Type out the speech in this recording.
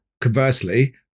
conversely